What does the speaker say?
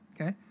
Okay